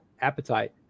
appetite